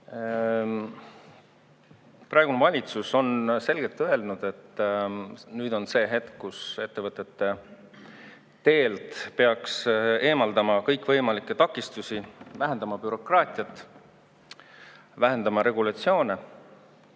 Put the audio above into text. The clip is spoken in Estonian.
praegune valitsus on selgelt öelnud, et nüüd on see hetk, kus ettevõtete teelt peaks eemaldama kõikvõimalikke takistusi, vähendama bürokraatiat, vähendama regulatsioone.